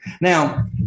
Now